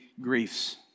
griefs